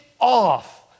off